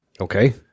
okay